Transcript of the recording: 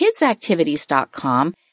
Kidsactivities.com